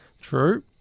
True